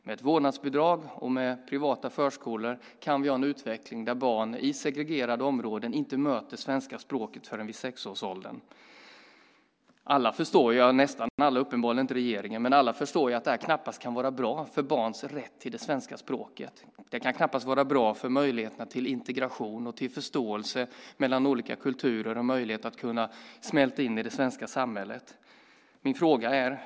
Med ett vårdnadsbidrag och med privata förskolor kan vi ha en utveckling där barn i segregerade områden inte möter svenska språket förrän vid sex års ålder. Nästan alla förstår - uppenbarligen inte regeringen - att det knappast kan vara bra för barns rätt till det svenska språket. Det kan knappast vara bra för möjligheterna till integration och till förståelse mellan olika kulturer och möjligheten att smälta in i det svenska samhället.